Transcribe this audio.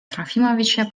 трофимовича